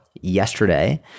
yesterday